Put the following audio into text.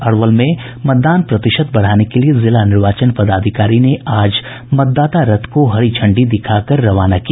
अरवल जिले में मतदान प्रतिशत बढ़ाने के लिए जिला निर्वाचन पदाधिकारी ने आज मतदाता रथ को हरी झंडी दिखाकर रवाना किया